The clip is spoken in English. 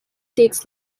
takes